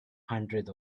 hundreds